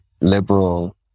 liberal